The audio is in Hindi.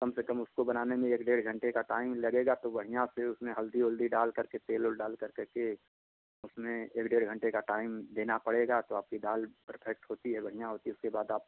कम से कम उसको बनाने में एक डेढ़ घंटे का टाइम लगेगा तो बढ़िया फ़िर उसमें हल्दी उल्दी डालकर के तेल उल डालकर करके उसमें एक डेढ़ घंटे का टाइम देना पड़ेगा तो आपकी दाल परफेक्ट होती है बढ़िया होती है उसके बाद आप